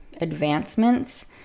advancements